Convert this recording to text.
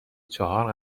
چهار